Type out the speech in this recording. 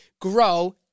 grow